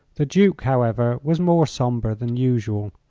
the duke, however, was more sombre than usual.